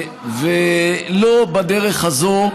הגענו להסכמה, לא בדרך הזאת.